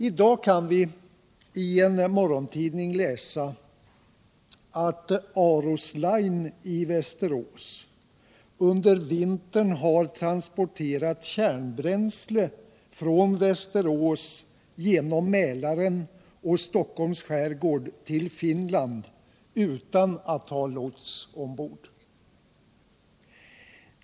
I dag kan vi ien morgontidning läsa att Aros Line i Västerås under vintern har transporterat kärnbränsle från Västerås genom Mälaren och Stockholms skärgård till Finland utan att ha lots ombord.